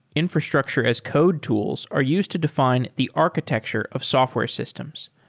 infrastructure as code tools are used to define the architecture of software systems.